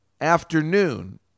afternoon